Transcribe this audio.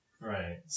Right